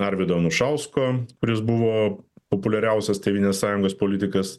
arvydo anušausko kuris buvo populiariausias tėvynės sąjungos politikas